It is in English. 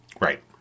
Right